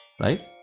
right